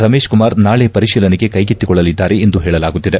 ರಮೇಶ್ ಕುಮಾರ್ ನಾಳೆ ಪರಿಶೀಲನೆಗೆ ಕೈಗೆತ್ತಿಕೊಳ್ಳಲಿದ್ದಾರೆ ಎಂದು ಹೇಳಲಾಗುತ್ತಿದೆ